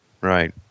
Right